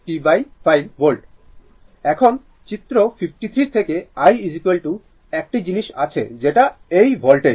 এখন চিত্র 53 থেকে i একটি জিনিস আছে যেটা এই ভোল্টেজ